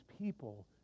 people